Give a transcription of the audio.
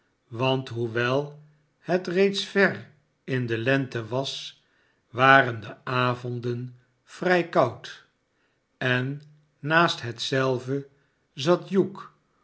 want hoewel het reeds ver in de lente was waren de avonden vrij koud en naast hetzelve zat